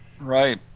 Right